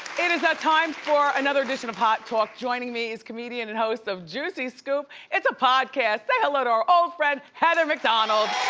it is that time for another addition of hot talk. joining me is comedian and host of juicy scoop, it's a podcast, say hello to our old friend heather mcdonald.